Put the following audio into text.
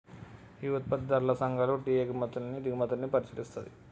tea ఉత్పత్తిదారుల సంఘాలు tea ఎగుమతుల్ని దిగుమతుల్ని పరిశీలిస్తది